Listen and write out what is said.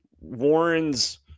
Warren's